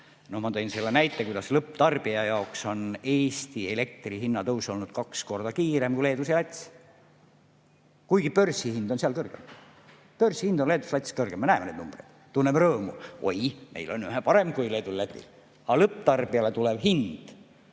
Ma tõin selle näite, kuidas lõpptarbija jaoks on Eesti elektri hinna tõus olnud kaks korda kiirem kui Leedus ja Lätis, kuigi börsihind on seal kõrgem. Börsihind on Leedus ja Lätis kõrgem, me näeme neid numbreid. Tunneme rõõmu: oi, meil on vähe parem kui Leedus või Lätis. Aga lõpptarbijale tulev hind